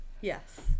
Yes